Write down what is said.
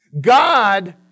God